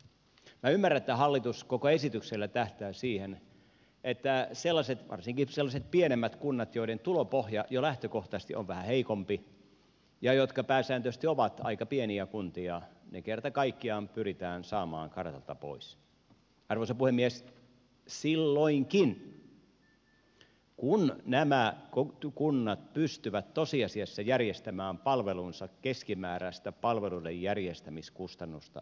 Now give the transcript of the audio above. minä ymmärrän että hallitus koko esityksellä tähtää siihen että varsinkin sellaiset pienemmät kunnat joiden tulopohja jo lähtökohtaisesti on vähän heikompi ja jotka pääsääntöisesti ovat aika pieniä kuntia kerta kaikkiaan pyritään saamaan kartalta pois arvoisa puhemies silloinkin kun nämä kunnat pystyvät tosiasiassa järjestämään palvelunsa keskimääräistä palveluiden järjestämiskustannusta edullisemmin